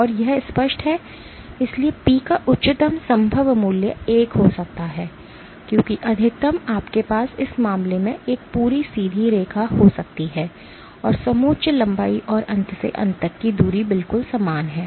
और यह स्पष्ट है इसलिए पी का उच्चतम संभव मूल्य 1 हो सकता है क्योंकि अधिकतम आपके पास इस मामले में एक पूरी सीधी रेखा हो सकती है और समोच्च लंबाई और अंत से अंत की दूरी बिल्कुल समान है